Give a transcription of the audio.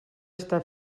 està